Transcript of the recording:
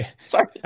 Sorry